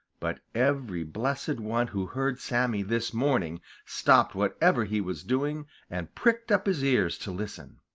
but every blessed one who heard sammy this morning stopped whatever he was doing and pricked up his ears to listen.